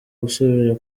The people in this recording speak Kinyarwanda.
gusubira